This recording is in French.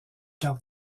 carte